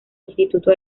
instituto